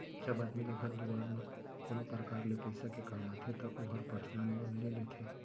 जब आदमी ल घर दुवार म कोनो परकार ले पइसा के काम आथे त ओहर पर्सनल लोन ले लेथे